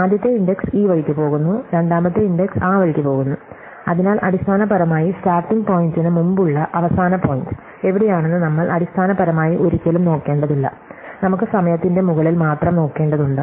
ആദ്യത്തെ ഇൻഡെക്സ് ഈ വഴിക്ക് പോകുന്നു രണ്ടാമത്തെ ഇൻഡെക്സ് ആ വഴിക്ക് പോകുന്നു അതിനാൽ അടിസ്ഥാനപരമായി സ്റ്റാർട്ടിംഗ് പോയിന്റിനു മുമ്പുള്ള അവസാന പോയിന്റ് എവിടെയാണെന്ന് നമ്മൾ അടിസ്ഥാനപരമായി ഒരിക്കലും നോക്കേണ്ടതില്ല നമുക്ക് സമയത്തിന്റെ മുകളിൽ മാത്രം നോക്കേണ്ടതുണ്ട്